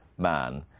man